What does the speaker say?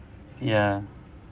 ya